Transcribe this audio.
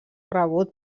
rebut